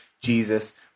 Jesus